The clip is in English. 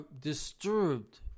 disturbed